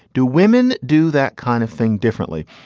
do women do that kind of thing differently?